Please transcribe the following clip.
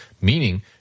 meaning